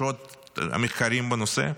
יש עוד מחקרים בנושא.